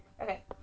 Okay